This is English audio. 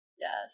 yes